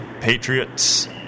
patriots